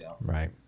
Right